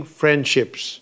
friendships